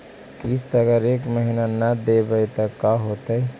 किस्त अगर एक महीना न देबै त का होतै?